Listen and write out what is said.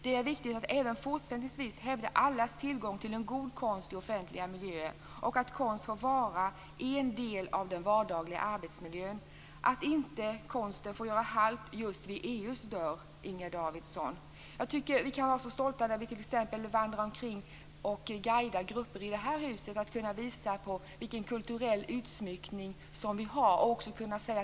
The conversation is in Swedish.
Det är viktigt att även fortsättningsvis hävda allas tillgång till god konst i offentliga miljöer och att konst får vara en del av den vardagliga arbetsmiljön. Konsten får inte göra halt vid EU:s dörr, Inger Davidson. Vi kan vara stolta när vi guidar grupper i Riksdagshuset och kan visa vilken konstnärlig utsmyckning som finns.